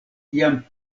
jam